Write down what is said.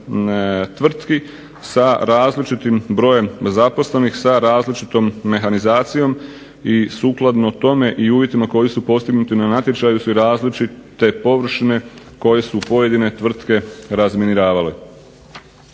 tvrtki sa različitim brojem zaposlenih, sa različitom mehanizacijom. I sukladno tome i uvjetima koji su postignuti na natječaju su i različite površine koje su pojedine tvrtke razminiravale.